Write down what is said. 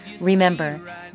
Remember